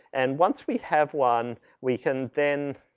and once we have one we can then,